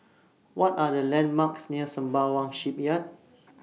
What Are The landmarks near Sembawang Shipyard